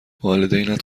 والدینت